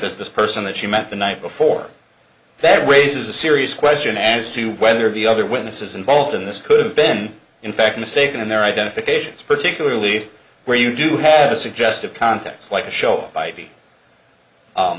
is this person that she met the night before that raises a serious question as to whether the other witnesses involved in this could have been in fact mistaken in their identifications particularly where you do have a suggestive context like show i